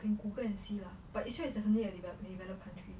can google and see lah but israel is definitely a developed developed country